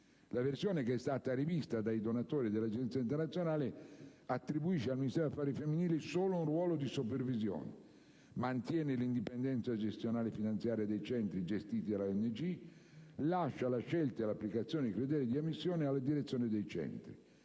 La versione rivista dai donatori e dalle agenzie internazionali attribuisce al Ministero degli affari femminili solo un ruolo di supervisione, mantiene l'indipendenza gestionale e finanziaria dei centri gestiti da ONG e lascia la scelta e l'applicazione dei criteri di ammissione alla direzione dei centri.